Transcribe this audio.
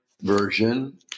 version